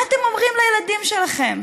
מה אתם אומרים לילדים שלכם